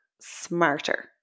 smarter